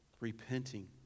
repenting